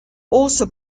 also